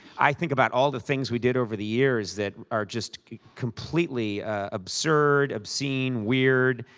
i think about all the things we did over the years that are just completely absurd, obscene, weird.